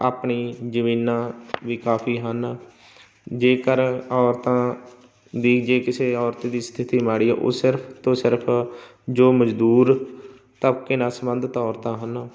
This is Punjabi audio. ਆਪਣੀ ਜ਼ਮੀਨਾਂ ਵੀ ਕਾਫੀ ਹਨ ਜੇਕਰ ਔਰਤਾਂ ਦੀ ਜੇ ਕਿਸੇ ਔਰਤ ਦੀ ਸਥਿਤੀ ਮਾੜੀ ਉਹ ਸਿਰਫ ਤੋਂ ਸਿਰਫ ਜੋ ਮਜ਼ਦੂਰ ਤਬਕੇ ਨਾਲ ਸੰਬੰਧਿਤ ਔਰਤਾਂ ਹਨ